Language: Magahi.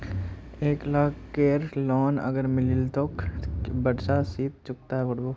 एक लाख केर लोन अगर लिलो ते कतेक कै बरश सोत ती चुकता करबो?